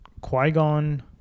Qui-Gon